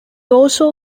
also